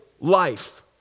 life